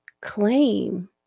claim